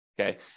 Okay